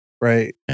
Right